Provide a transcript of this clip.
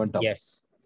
Yes